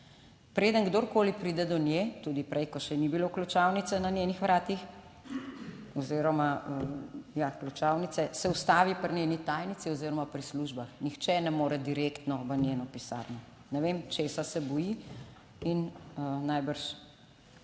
Preden kdorkoli pride do nje, tudi prej, ko še ni bilo ključavnice na njenih vratih oziroma, ja, ključavnice, se ustavi pri njeni tajnici oziroma pri službah, nihče ne more direktno v njeno pisarno. Ne vem, česa se boji in najbrž